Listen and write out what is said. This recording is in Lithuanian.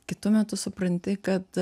kitu metu supranti kad